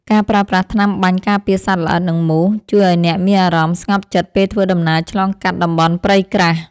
ការប្រើប្រាស់ថ្នាំបាញ់ការពារសត្វល្អិត និងមូស ជួយឱ្យអ្នកមានអារម្មណ៍ស្ងប់ចិត្តពេលធ្វើដំណើរឆ្លងកាត់តំបន់ព្រៃក្រាស់។